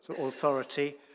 authority